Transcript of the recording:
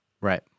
Right